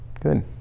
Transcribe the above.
Good